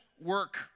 work